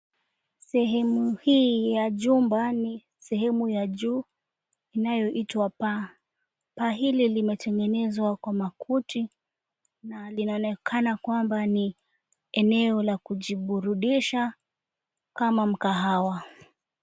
Sehemu hii ya jumba ni sehemu ya juu inayoitwa paa. Paa hili limetengenezwa kwa makuti na linaonekana kwamba ni eneo la kujiburudisha kama mkahawa.